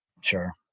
Sure